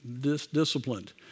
disciplined